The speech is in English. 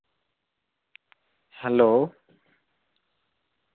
hello